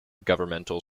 governmental